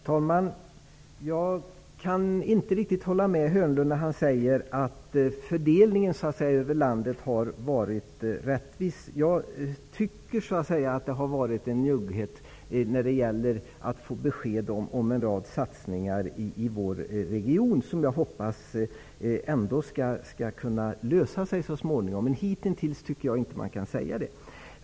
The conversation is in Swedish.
Fru talman! Jag kan inte riktigt hålla med Hörnlund när han säger att fördelningen över landet har varit rättvis. Jag tycker att det har varit en njugghet när det gäller att ge besked om en rad satsningar i vår region som jag hoppas så småningom ändå skall kunna komma till stånd.